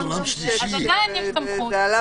אז עדיין יש סמכות.